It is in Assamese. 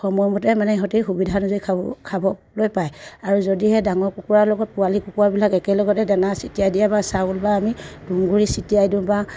সময়মতে মানে সিহঁতে সুবিধা অনুযায়ী খাব খাবলৈ পায় আৰু যদিহে ডাঙৰ কুকুৰাৰ লগত পোৱালি কুকুৰাবিলাক একেলগতে দানা চটিয়াই দিয়া বা চাউল বা আমি তুঁহগুৰি চটিয়াই দিওঁ বা